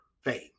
fame